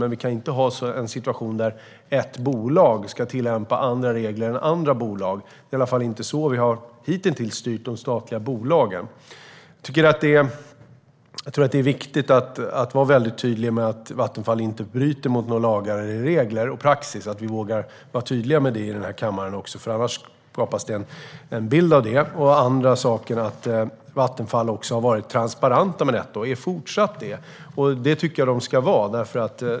Men vi kan inte ha en situation där ett bolag ska tillämpa andra regler än andra bolag. Det är i varje fall inte så vi hitintills har styrt de statliga bolagen. Det är viktigt att vara väldigt tydlig med att Vattenfall inte bryter mot några lagar, regler eller praxis och att vi vågar vara tydliga med det också i kammaren. Annars skapas det en bild av det. Den andra saken är att Vattenfall också har varit transparent med detta och fortsatt är det. Det tycker jag att det ska vara.